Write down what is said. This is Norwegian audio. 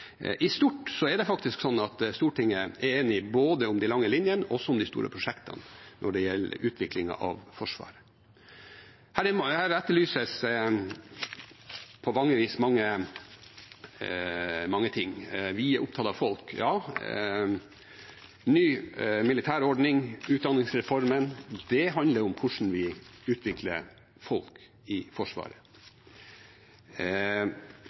Stortinget enige både om de lange linjene og også om de store prosjektene når det gjelder utviklingen av Forsvaret. Her etterlyses på mange vis mange ting. Man er opptatt av folk. Ja, ny militærordning, utdanningsreformen handler om hvordan vi utvikler folk i Forsvaret.